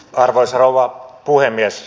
arvoisa rouva puhemies